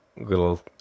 little